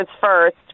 first